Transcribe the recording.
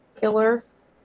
killers